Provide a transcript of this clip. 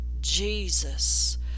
Jesus